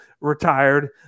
retired